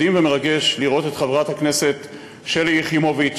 מדהים ומרגש לראות את חברת הכנסת שלי יחימוביץ